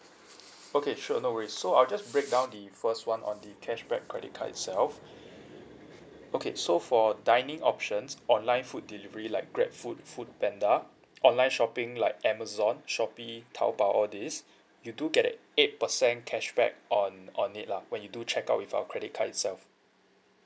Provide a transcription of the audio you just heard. okay sure no worry so I'll just breakdown the first one on the cashback credit card itself okay so for dining options online food delivery like grab food food panda online shopping like amazon shopee taobao all these you do get a eight percent cashback on on it lah when you do check out with our credit card itself